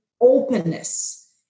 openness